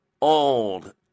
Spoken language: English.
old